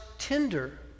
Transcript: tender